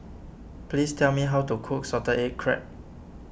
please tell me how to cook Salted Egg Crab